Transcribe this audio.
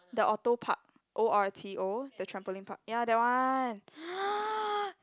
the Orto park O R T O the trampoline park ya that one